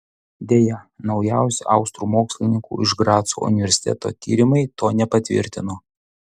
deja naujausi austrų mokslininkų iš graco universiteto tyrimai to nepatvirtino